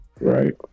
Right